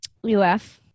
UF